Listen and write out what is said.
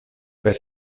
per